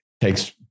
takes